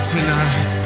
Tonight